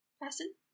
person